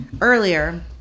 earlier